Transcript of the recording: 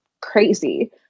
crazy